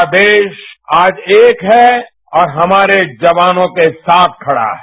पुरा देश आज एक है और हमारे जवानों के साथ खड़ा है